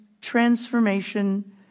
transformation